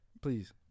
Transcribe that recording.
Please